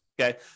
okay